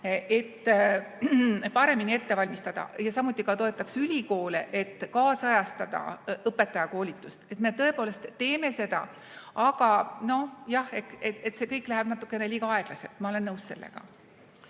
et paremini ette valmistada, ja samuti toetaks ülikoole, et kaasajastada õpetajakoolitust. Me tõepoolest teeme seda, aga nojah, see kõik läheb natukene liiga aeglaselt. Ma olen nõus sellega.